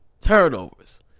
Turnovers